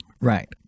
Right